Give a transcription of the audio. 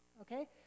Okay